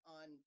on